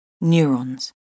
Neurons